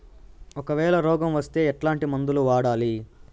ఒకవేల రోగం వస్తే ఎట్లాంటి మందులు వాడాలి?